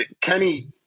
Kenny